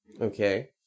Okay